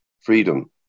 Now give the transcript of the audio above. freedom